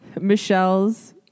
michelle's